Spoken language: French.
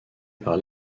par